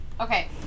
Okay